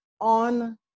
on